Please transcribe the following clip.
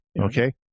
okay